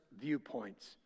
viewpoints